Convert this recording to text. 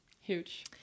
Huge